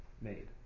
made